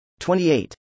28